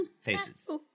faces